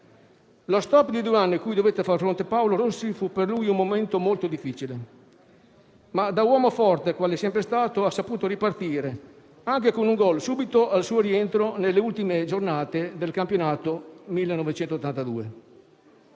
Lo *stop* di due anni a cui dovette far fronte Paolo Rossi fu per lui un momento molto difficile, ma da uomo forte qual è sempre stato ha saputo ripartire subito, anche con un gol, al suo rientro nelle ultime giornate del campionato del